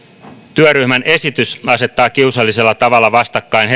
työryhmän esitys asettaa kiusallisella tavalla vastakkain